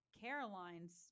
Caroline's